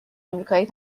آمریکایی